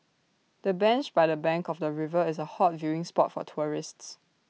the bench by the bank of the river is A hot viewing spot for tourists